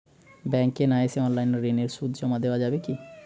ব্যাংকে না এসে অনলাইনে ঋণের সুদ জমা দেওয়া যাবে কি?